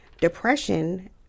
depression